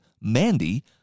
Mandy